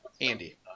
Andy